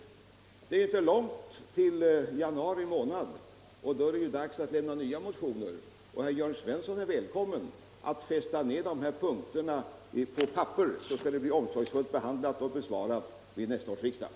Det är inte långt till januari månad, då det är dags att lämna nya motioner. Herr Jörn Svensson är välkommen att skriva ned sina punkter på papper, så är jag övertygad om att de blir omsorgsfullt behandlade och besvarade vid nästa års riksdag.